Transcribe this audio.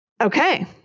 Okay